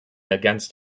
against